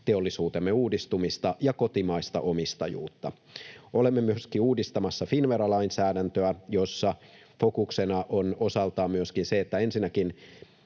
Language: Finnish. teollisuutemme uudistumista ja kotimaista omistajuutta. Olemme myöskin uudistamassa Finnvera-lainsäädäntöä, jossa fokuksena on osaltaan myöskin se, että ensinnäkin